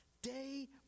day